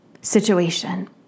situation